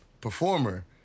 performer